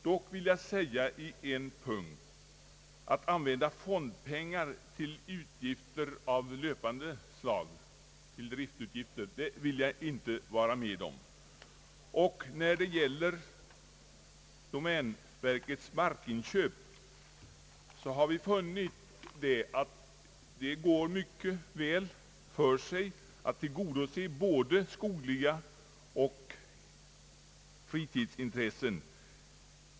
Dock vill jag göra invändning i en punkt: Användning av fondmedel till utgifter av löpande slag, till driftutgifter, vill jag inte vara med om. När det gäller domänverkets markinköp har vi funnit att det mycket väl går för sig att tillgodose både skogliga och fritidsintressen.